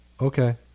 Okay